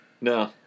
No